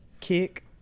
kick